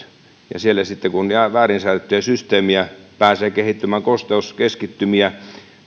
kun siellä sitten jää väärin säädettyjä systeemejä pääsee kehittymään kosteuskeskittymiä